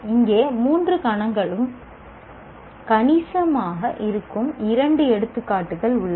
இங்கே மூன்று களங்களும் கணிசமாக இருக்கும் இரண்டு எடுத்துக்காட்டுகள் உள்ளன